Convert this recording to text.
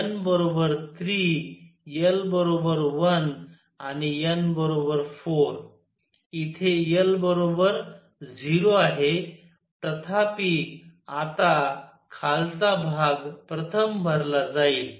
n 3 l 1 आणि n 4 इथे l बरोबर 0 आहे तथापि आता खालचा भाग प्रथम भरला जाईल